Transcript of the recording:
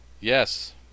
Yes